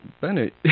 Bennett